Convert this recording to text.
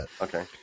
Okay